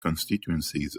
constituencies